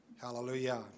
hallelujah